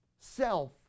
self